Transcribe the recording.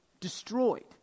destroyed